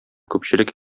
күпчелек